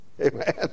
Amen